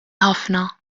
ħafna